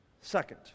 second